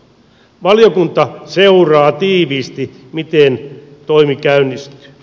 valiokunta seuraa tiiviisti miten toimi käynnistyy